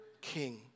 king